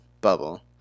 Bubble